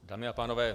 Dámy a pánové.